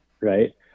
right